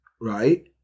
right